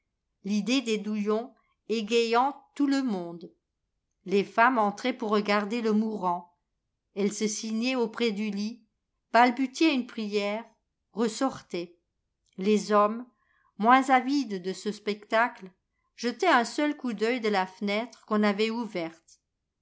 l'idée des douillons égayant tout le monde les femmes entraient pour regarder le mourant elles se signaient auprès du lit balbutiaient une prière ressortaient les hommes moins avides de ce spectacle jetaient un seul coup d'œil de la fenêtre qu'on avait ouverte